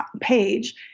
page